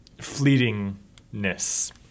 fleetingness